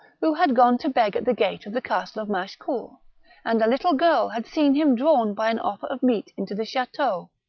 who had gone to beg at the gate of the castle of machecoul and a little girl had seen him drawn by an offer of meat into the chateau.